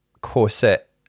corset